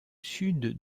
sud